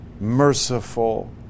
merciful